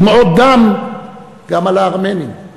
דמעות דם גם על הארמנים.